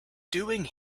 doing